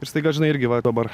ir staiga žinai irgi va dabar